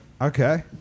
Okay